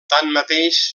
tanmateix